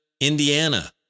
Indiana